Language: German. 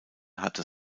hatte